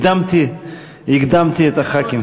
הקדמתי את הח"כים.